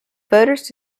voters